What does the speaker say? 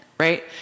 Right